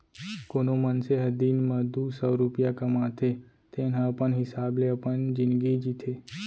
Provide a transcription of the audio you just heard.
कोनो मनसे ह दिन म दू सव रूपिया कमाथे तेन ह अपन हिसाब ले अपन जिनगी जीथे